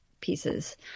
pieces